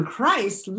Christ